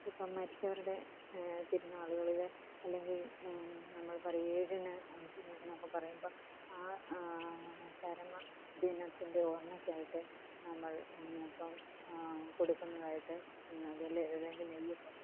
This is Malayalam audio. ഇപ്പോള് മരിച്ചവരുടെ തിരുന്നാളുകളില് അല്ലെങ്കില് നമ്മള് പറയും ഏഴിന് അഞ്ചിന് എന്നൊക്കെ പറയുമ്പോള് ആ ചരമ ദിനത്തിന്റെ ഓര്മ്മയ്ക്കായിട്ട് നമ്മള് ഉണ്ണിയപ്പം കൊടുക്കുന്നതായിട്ട് സു അതല്ലേ അല്ലെങ്കില് നെയ്യപ്പം